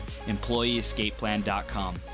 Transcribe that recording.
EmployeeEscapePlan.com